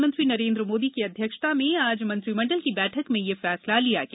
प्रधानमंत्री श्री नरेन्द्र मोदी की अध्यक्षता में आज मंत्रिमंडल की बैठक में यह फैसला लिया गया